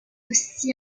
aussi